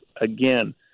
again